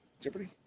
Jeopardy